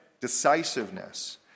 decisiveness